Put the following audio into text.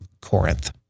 Corinth